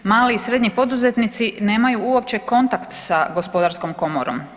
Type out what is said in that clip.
Mali i srednji poduzetnici nemaju uopće kontakt sa gospodarskom komorom.